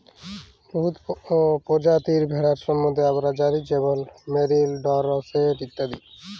বহুত পরজাতির ভেড়ার সম্বল্ধে আমরা জালি যেমল মেরিল, ডরসেট ইত্যাদি